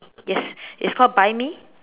yes it's called buy me